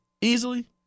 easily